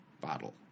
bottle